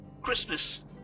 Christmas